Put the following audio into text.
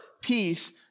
peace